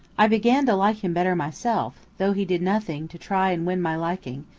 i began to like him better myself, though he did nothing to try and win my liking,